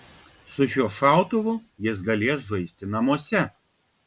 su šiuo šautuvu jis galės žaisti namuose